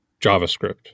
JavaScript